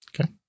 Okay